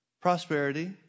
prosperity